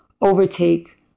overtake